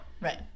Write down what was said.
Right